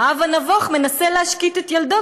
האב הנבוך מנסה להשקיט את ילדו,